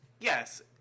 Yes